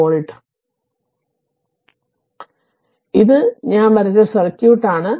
അതിനാൽ ഇത് ഞാൻ വരച്ച സർക്യൂട്ട് ആണ്